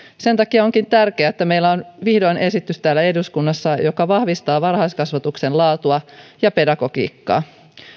sen takia onkin tärkeää että meillä on täällä eduskunnassa vihdoin esitys joka vahvistaa varhaiskasvatuksen laatua ja pedagogiikkaa